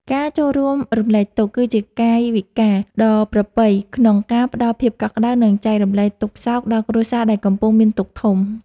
ការចូលរួមរំលែកទុក្ខ គឺជាកាយវិការដ៏ប្រពៃក្នុងការផ្ដល់ភាពកក់ក្ដៅ និង ចែករំលែកទុក្ខសោកដល់គ្រួសារដែលកំពុងមានទុក្ខធំ។